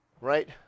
right